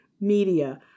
media